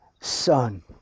son